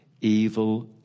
evil